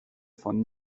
von